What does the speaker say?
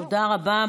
תודה רבה.